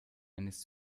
eines